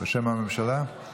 בשם הממשלה?